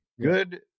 good